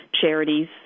charities